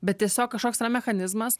bet tiesiog kažkoks yra mechanizmas